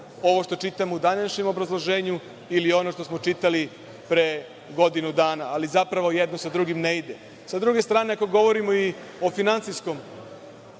ovo što čitam u današnjem obrazloženju ili ono što smo čitali pre godinu dana, ali zapravo jedno sa drugim ne ide.S druge strane, ako govorimo o finansijskom